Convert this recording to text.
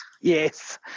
yes